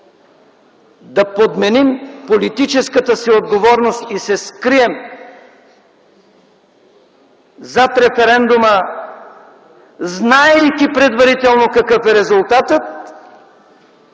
да подменим политическата си отговорност и се скрием зад референдума, знаейки предварително какъв е резултатът,